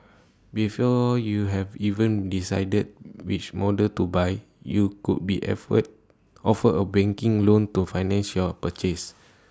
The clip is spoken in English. before you've even decided which models to buy you could be offered A banking loan to finance your purchase